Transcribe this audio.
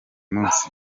munsi